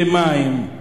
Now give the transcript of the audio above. במים,